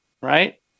right